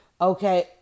okay